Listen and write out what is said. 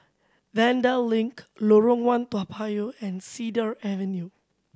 Vanda Link Lorong One Toa Payoh and Cedar Avenue